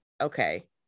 Okay